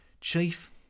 Chief